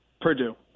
Purdue